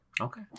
Okay